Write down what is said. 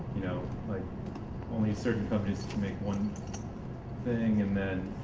know like only certain companies can make one thing, and then,